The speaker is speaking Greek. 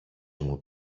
μου